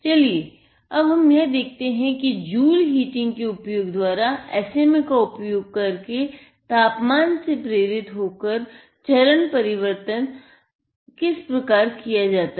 चलिए अब हम यह देखते हैं कि जूल हीटिंग किस तरह से किया जाता है